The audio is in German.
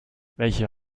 welche